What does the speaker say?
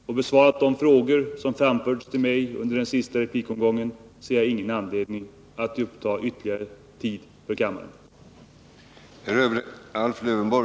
Herr talman! Då jag i mina tidigare inlägg redan har behandlat de synpunkter och besvarat de frågor som framförts till mig i den senaste replikomgången, ser jag ingen anledning att uppta kammarens tid ytterligare.